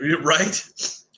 right